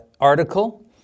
article